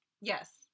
Yes